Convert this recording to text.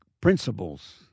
principles